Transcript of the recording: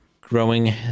growing